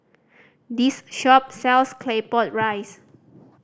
this shop sells Claypot Rice